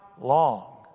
long